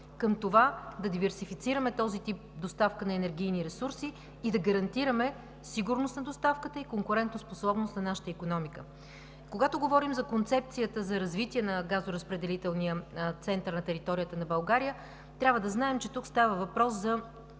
за да диверсифицираме този тип доставка на енергийни ресурси и да гарантираме сигурност на доставката и конкурентоспособност на нашата икономика. Когато говорим за концепцията за развитие на газоразпределителния център на територията на България, трябва да знаем, че тук става въпрос за